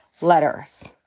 letters